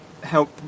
help